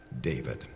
David